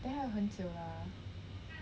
then 还很久 ah